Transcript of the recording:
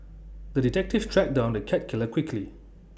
the detective tracked down the cat killer quickly